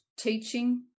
teaching